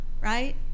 right